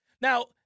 Now